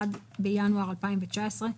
1 בינואר 2019,